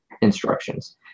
instructions